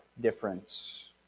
difference